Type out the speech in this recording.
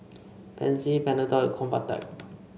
Pansy Panadol and Convatec